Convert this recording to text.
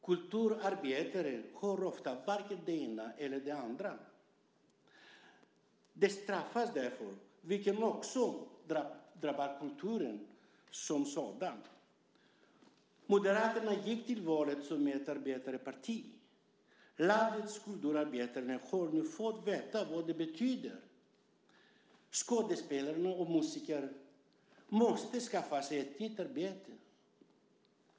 Kulturarbetaren har ofta varken det ena eller det andra. De straffas därför, vilket också drabbar kulturen som sådan. Moderaterna gick till valet som ett arbetarparti. Landets kulturarbetare har nu fått veta vad det betyder. Skådespelare och musiker måste skaffa sig ett nytt arbete.